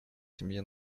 семье